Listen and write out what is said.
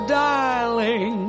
darling